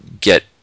get